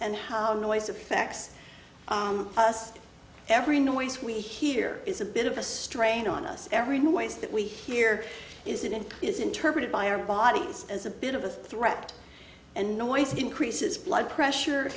and how noise affects us every noise we hear is a bit of a strain on us every new ways that we hear is it and is interpreted by our bodies as a bit of a threat and noise increases blood pressure